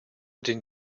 den